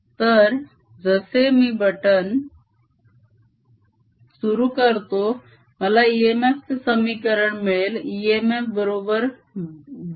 तर जसे मी बटन सुरु करतो मला इएमएफ चे समीकरण मिळेल इएमएफ बरोबर v